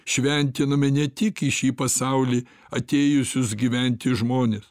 šventiname ne tik į šį pasaulį atėjusius gyventi žmonės